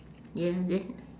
ye~ y~